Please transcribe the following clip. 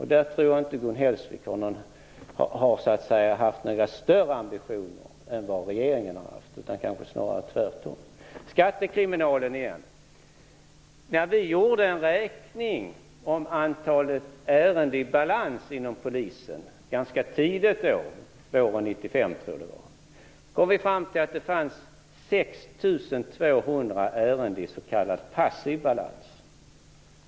Här tror jag inte att Gun Hellsvik har haft några större ambitioner än vad regeringen har haft, utan kanske snarare tvärtom. räknade antalet ärenden i balans inom polisen kom vi fram till att det efter tre år av borgerligt regerande fanns 6 200 ärenden i s.k. passiv balans.